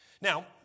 Now